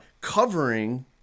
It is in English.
covering